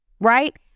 right